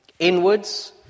Inwards